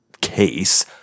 case